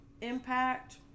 impact